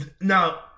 Now